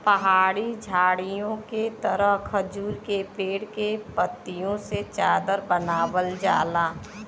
पहाड़ी झाड़ीओ के तरह खजूर के पेड़ के पत्तियों से चादर बनावल जाला